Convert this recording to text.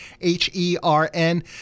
H-E-R-N